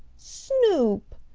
snoop!